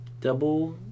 Double